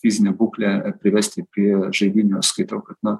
fizinę būklę privesti prie žaidynių skaitau kad na